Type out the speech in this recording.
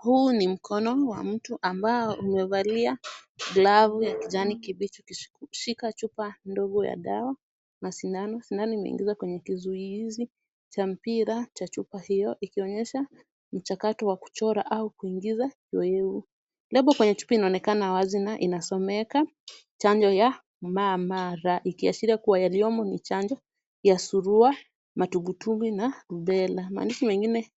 Huu ni mkono wa mtu ambao umevalia glavu ya kijani kibichi ikishika chupa ndogo ya dawa na sindano. Sindano imeingizwa kwenye kizuizi cha mpira cha chupa hiyo ikionyesha mchakato wa kuchora au kuingiza zoevu. Lebo kwenye chupa inaonekana wazi na inasomeka chanjo cha MMR ikiashiria kuwa yaliyomo ni chanjo ya surua, matumbwitumbwi na rubella. Maandishi mengine